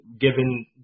given